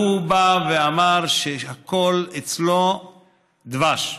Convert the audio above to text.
הוא בא ואמר שהכול אצלו דבש.